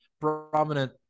prominent